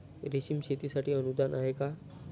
रेशीम शेतीसाठी अनुदान आहे का?